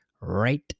right